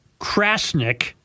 Krasnick